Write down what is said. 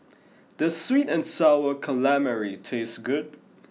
does sweet and sour calamari taste good